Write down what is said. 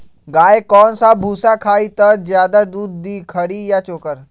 गाय कौन सा भूसा खाई त ज्यादा दूध दी खरी या चोकर?